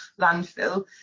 landfill